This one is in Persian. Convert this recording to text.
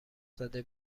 زده